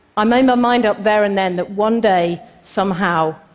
i made my mind up there and then that one day, somehow,